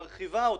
מרחיבה אותו,